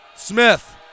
Smith